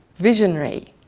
visionary.